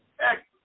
Excellent